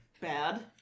bad